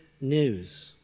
news